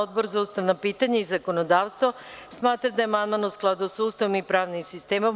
Odbor za ustavna pitanja i zakonodavstvo smatra da je amandman u skladu sa Ustavom i pravnim sistemom.